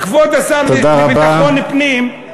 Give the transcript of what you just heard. כבוד השר לביטחון הפנים, תודה רבה.